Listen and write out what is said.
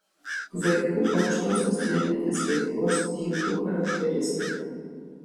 vaikų aukštosios nervinės veiklos tipų charakteristika